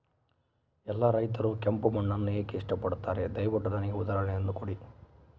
ಎಲ್ಲಾ ರೈತರು ಕೆಂಪು ಮಣ್ಣನ್ನು ಏಕೆ ಇಷ್ಟಪಡುತ್ತಾರೆ ದಯವಿಟ್ಟು ನನಗೆ ಉದಾಹರಣೆಯನ್ನ ಕೊಡಿ?